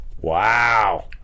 Wow